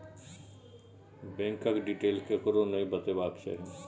बैंकक डिटेल ककरो नहि बतेबाक चाही